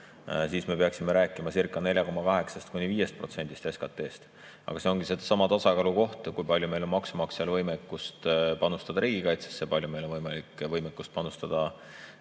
siis me peaksime rääkimacirca4,8–5% SKT‑st. Aga see ongi seesama tasakaalu koht, kui palju meil on maksumaksjal võimekust panustada riigikaitsesse, kui palju meil on võimekust panustada